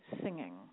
singing